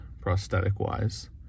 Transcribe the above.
prosthetic-wise